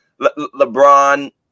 LeBron